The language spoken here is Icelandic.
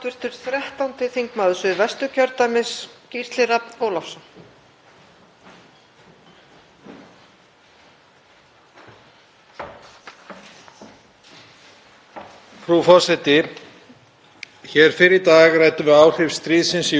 Frú forseti. Hér fyrr í dag ræddum við áhrif stríðsins í Úkraínu á fæðuöryggi Íslands og ég nefndi hinar miklu hækkanir sem það orsakar og tækifæri ríkisins til að jafna út þau áhrif.